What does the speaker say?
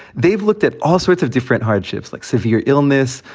they've looked at all sorts of different hardships, like severe illness,